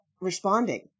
responding